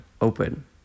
open